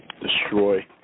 destroy